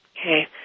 Okay